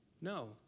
No